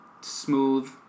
smooth